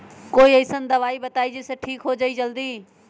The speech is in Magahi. कोई अईसन दवाई बताई जे से ठीक हो जई जल्दी?